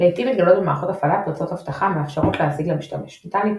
לעיתים מתגלות במערכות הפעלה פרצות אבטחה המאפשרות להזיק למשתמש בהן.